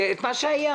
את מה שהיה.